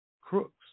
crooks